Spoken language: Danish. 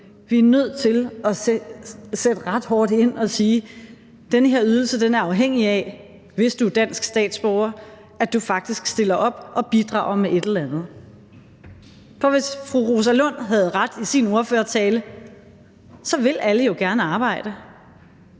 Vi er nødt til at sætte ret hårdt ind og sige: Den her ydelse er afhængig af, hvis du er dansk statsborger, at du faktisk stiller op og bidrager med et eller andet. Hvis fru Rosa Lund har ret i det, hun sagde i sin ordførertale, vil alle jo gerne arbejde,